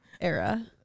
era